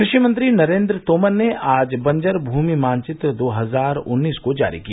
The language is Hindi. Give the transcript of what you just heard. कृषि मंत्री नरेन्द्र तोमर ने आज बंजर भूमि मानचित्र दो हजार उन्नीस को जारी किया